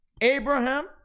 Abraham